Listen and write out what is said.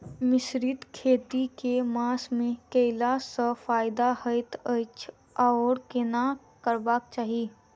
मिश्रित खेती केँ मास मे कैला सँ फायदा हएत अछि आओर केना करबाक चाहि?